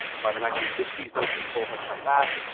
by the nineteen sixty s those people had come back.